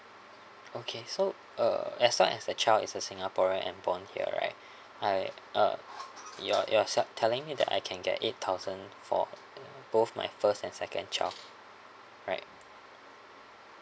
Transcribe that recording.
okay so uh as long as the child is a singaporean and born here right alright uh you're you're so telling me that I can get eight thousand for both my first and second child right